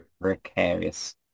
precarious